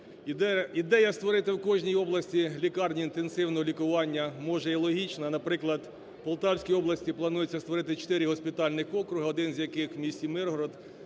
Ідея створити в кожній області лікарні інтенсивного лікування може і логічна. Наприклад, у Полтавській області планується створити чотири госпітальних округи, один з яких у місті Миргород,